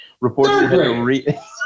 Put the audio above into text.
reported